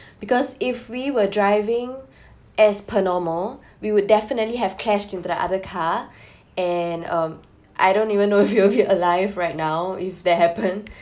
because if we were driving as per normal we would definitely have crashed into the other car and um I don't even know if we will alive right now if that happened